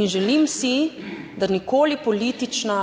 In želim si, da nikoli politična